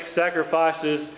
sacrifices